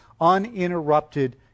uninterrupted